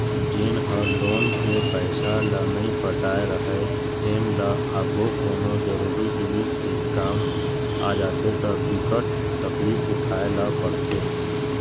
जेन ह लोन के पइसा ल नइ पटाए राहय तेन ल आघु कोनो जरुरी जिनिस के काम आ जाथे त बिकट तकलीफ उठाए ल परथे